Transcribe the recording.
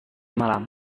malam